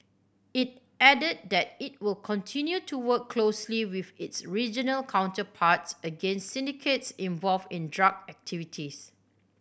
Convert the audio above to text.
it added that it will continue to work closely with its regional counterparts against syndicates involved in drug activities